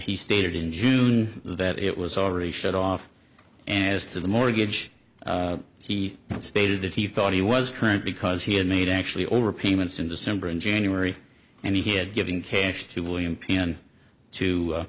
he stated in june that it was already shut off and as to the mortgage he stated that he thought he was current because he had made actually over payments in december and january and he had giving cash to william penn to